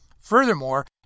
Furthermore